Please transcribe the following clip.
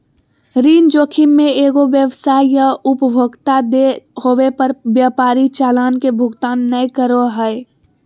ऋण जोखिम मे एगो व्यवसाय या उपभोक्ता देय होवे पर व्यापारी चालान के भुगतान नय करो हय